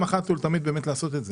צריך פעם אחת ולתמיד לעשות את זה.